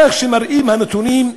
כמו שמראים הנתונים,